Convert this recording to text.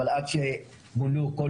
אבל עד שמונו כל